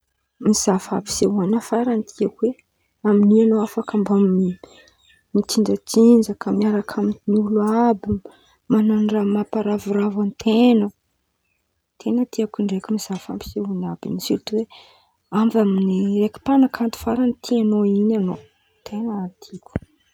Mizaha fampisehoan̈a faran̈y tiako e, amin̈'in̈y an̈ao afaka mba mitsinjatsinjaka miaraka amin̈olo àby, man̈ano raha mamparavoravo an-ten̈a, ten̈a tiako ndraiky mizaha fampisehoan̈a àby in̈y sirtoa avy amy mpan̈akanto faran̈y tian̈ao in̈y an̈ao, ten̈a tiako.